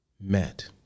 met